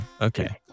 Okay